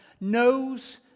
knows